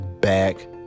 back